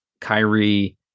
Kyrie